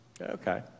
Okay